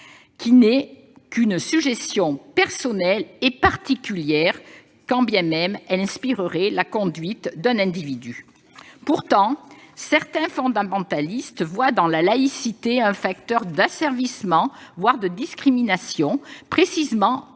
n'est qu'une sujétion personnelle et particulière, quand bien même elle inspirerait la conduite d'un individu. Pourtant, certains fondamentalistes voient dans la laïcité un facteur d'asservissement, voire de discrimination, précisément